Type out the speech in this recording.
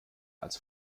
als